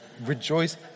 Rejoice